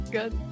Good